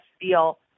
feel –